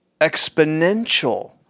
exponential